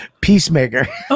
peacemaker